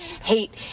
hate